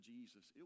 Jesus